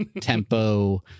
tempo